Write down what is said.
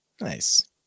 Nice